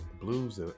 blues